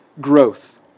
growth